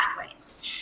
pathways